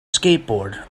skateboard